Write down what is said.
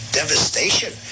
devastation